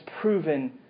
proven